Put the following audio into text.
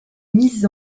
mises